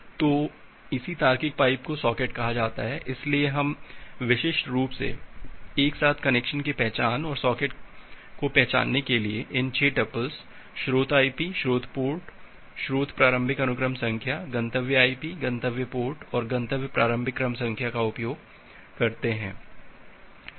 तो इसी तार्किक पाइप को सॉकेट कहा जाता है इसलिए हम विशिष्ट रूप से एक साथ कनेक्शन की पहचान और सॉकेट को पहचानने के लिए इन 6 टुपल्स स्रोत आईपी स्रोत पोर्ट स्रोत प्रारंभिक अनुक्रम संख्या गंतव्य आईपी गंतव्य पोर्ट और गंतव्य प्रारंभिक क्रम संख्या का उपयोग करते हैं